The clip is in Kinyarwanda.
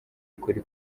ukuri